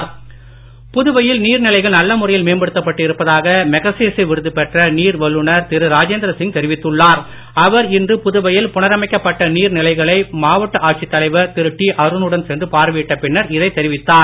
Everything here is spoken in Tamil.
பாராட்டு புதுவையில் நீர் நிலைகள் நல்ல மேம்படுத்தப்பட்டு இருப்பதாக மேக்சேசே விருது பெற்ற நீர் வல்லுனர் திரு ராஜேந்திர சிங் தெரிவித்துள்ளார் அவர் இன்று புதுவையில் புனரமைக்கப்பட்ட நீர் நிலைகளைப் மாவட்ட ஆட்சித்தலைவர் திரு டி அருணுடன் சென்று பார்வையிட்ட பின்னர் இதைத் தெரிவித்தார்